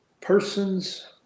persons